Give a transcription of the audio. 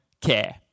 care